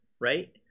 right